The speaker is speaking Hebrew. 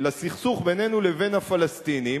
לסכסוך בינינו לבין הפלסטינים,